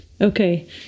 Okay